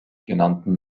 genannten